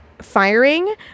firing